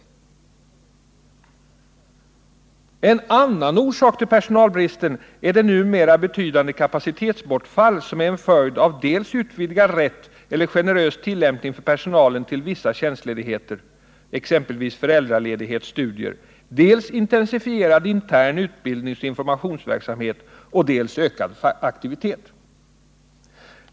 ”En annan orsak till personalbristen är det numera betydande kapacitetsbortfall, som är en följd av dels utvidgad rätt eller generös tillämpning för personalen till vissa tjänstledigheter , dels intensifierad intern utbildningsoch informationsverksamhet och dels ökad facklig aktivitet.